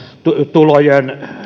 tulojen